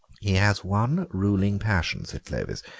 he has one ruling passion, said clovis,